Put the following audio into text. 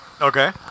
Okay